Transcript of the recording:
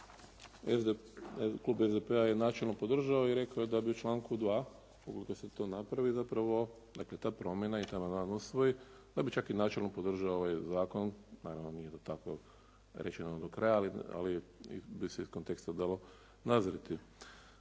klub SDP-a je načelno podržao i rekao je da bi u članku 2. ukoliko se to napravi da prvo dakle ta promjena i ta mogućnost usvoji, da bi čak i načelno podržao ovaj zakon. Naravno da nije tako rečeno do kraja ali bi se iz konteksta dalo nazrijeti.